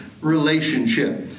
relationship